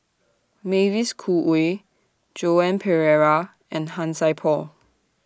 Mavis Khoo Oei Joan Pereira and Han Sai Por